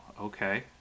Okay